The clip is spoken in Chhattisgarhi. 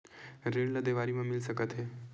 ऋण ला देवारी मा मिल सकत हे